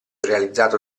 realizzato